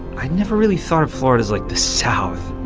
i never really thought of florida as, like, the south